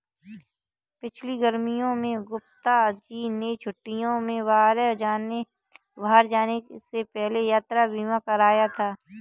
पिछली गर्मियों में गुप्ता जी ने छुट्टियों में बाहर जाने से पहले यात्रा बीमा कराया था